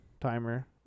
timer